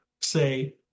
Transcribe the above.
say